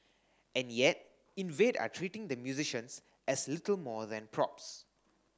and yet Invade are treating the musicians as little more than props